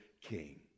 king